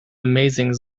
amazing